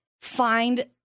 find